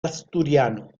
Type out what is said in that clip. asturiano